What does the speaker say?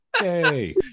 yay